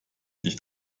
nicht